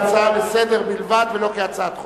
לסדר-היום בלבד, ולא כהצעת חוק.